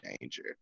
danger